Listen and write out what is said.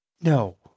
No